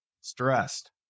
Stressed